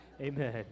amen